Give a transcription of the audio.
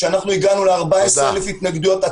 כשהגענו ל-14,000 התנגדויות,